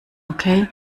okay